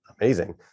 Amazing